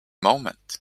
moment